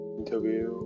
interview